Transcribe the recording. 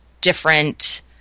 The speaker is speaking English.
different